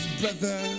brother